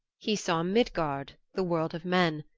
he saw midgard, the world of men,